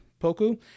Poku